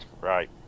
Right